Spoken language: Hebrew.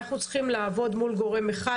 שהם צריכים לעבוד מול גורם אחד,